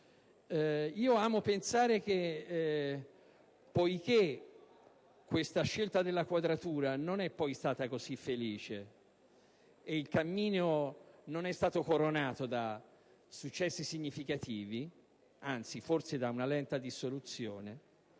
Tuttavia, poiché la scelta della quadratura non è stata poi così felice e il cammino non è stato coronato da successi significativi, anzi, forse da una lenta dissoluzione,